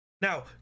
now